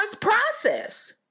process